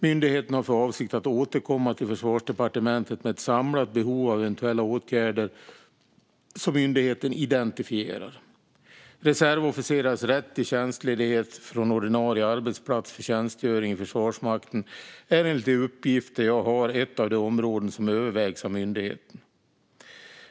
Myndigheten har för avsikt att återkomma till Försvarsdepartementet med ett samlat behov av eventuella åtgärder som myndigheten identifierat. Reservofficerares rätt till tjänstledighet från ordinarie arbetsplats för tjänstgöring i Försvarsmakten är enligt de uppgifter jag har ett av de områden som övervägs av myndigheten.